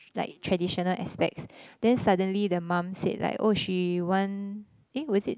like traditional aspects then suddenly the mum said like oh she want eh was it